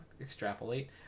extrapolate